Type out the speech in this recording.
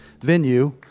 venue